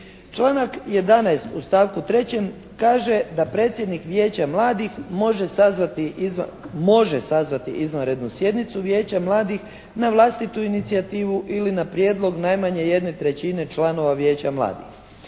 Članak 11. u stavku 3. kaže da predsjednik Vijeća mladih može sazvati izvanrednu sjednicu Vijeća mladih na vlastitu inicijativu ili na prijedlog najmanje 1/3 članova Vijeća mladih.